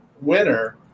winner